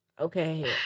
okay